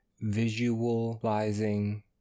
visualizing